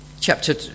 chapter